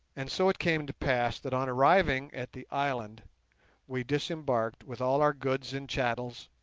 and so it came to pass that on arriving at the island we disembarked with all our goods and chattels,